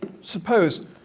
suppose